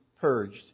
purged